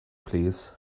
plîs